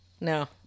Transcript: No